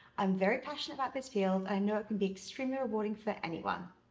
i'm very passionate about this field, i know it can be extremely rewarding for anyone.